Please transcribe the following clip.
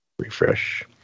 Refresh